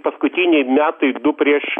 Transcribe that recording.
paskutiniai metai du prieš